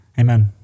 Amen